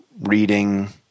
reading